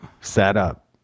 setup